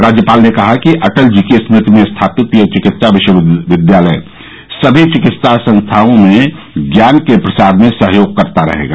राज्यपाल ने कहा कि अटल जी की स्मृति में स्थापित यह विकित्सा विश्वविद्यालय सभी चिकित्सा संस्थाओं में ज्ञान के प्रसार में सहयोग करता रहेगा